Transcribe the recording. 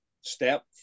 step